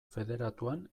federatuan